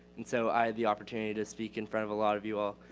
and so i had the opportunity to speak in front of a lot of you all,